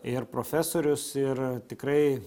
ir profesorius ir tikrai